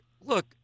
look